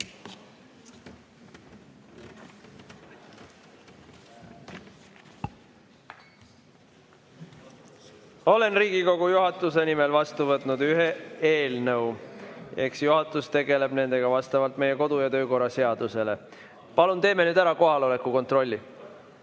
Olen Riigikogu juhatuse nimel vastu võtnud ühe eelnõu. Eks juhatus tegeleb sellega vastavalt meie kodu‑ ja töökorra seadusele. Palun teeme nüüd kohaloleku kontrolli.